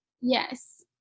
Yes